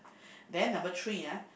then number three ah